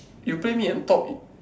you play mid and top